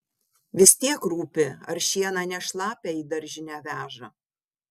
vis tiek rūpi ar šieną ne šlapią į daržinę veža